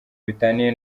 bitaniye